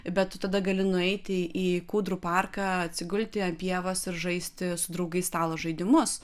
bet tu tada gali nueiti į kūdrų parką atsigulti ant pievos ir žaisti su draugais stalo žaidimus